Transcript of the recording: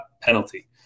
penalty